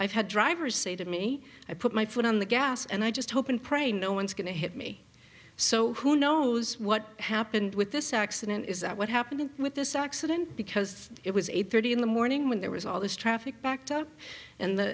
i've had drivers say to me i put my foot on the gas and i just hope and pray no one's going to hit me so who knows what happened with this accident is that what happened with this accident because it was eight thirty in the morning when there was all this traffic backed up in the